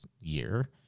year